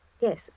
Yes